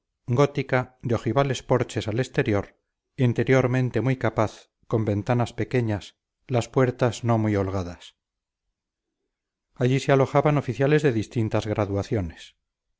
gótica de ojivales porches al exterior interiormente muy capaz con ventanas pequeñas las puertas no muy holgadas allí se alojaban oficiales de distintas graduaciones